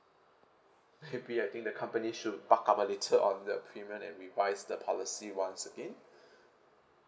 maybe I think the company should buck up a little on the premium and revised the policy once again